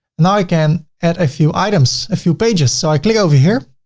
now i can add a few items a few pages. so i click over here